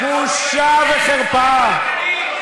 בושה וחרפה.